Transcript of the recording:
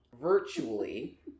virtually